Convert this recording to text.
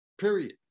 Period